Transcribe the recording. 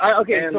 okay